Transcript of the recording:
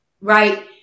right